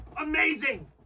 Amazing